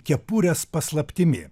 kepurės paslaptimi